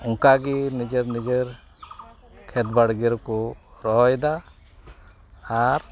ᱚᱱᱠᱟᱜᱮ ᱱᱤᱡᱮᱨ ᱱᱤᱡᱮᱨ ᱠᱷᱮᱛ ᱵᱟᱲᱜᱮ ᱨᱮᱠᱚ ᱨᱚᱦᱚᱭ ᱮᱫᱟ ᱟᱨ